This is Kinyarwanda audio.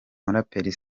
muraperi